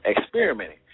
experimenting